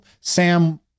sam